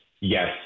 yes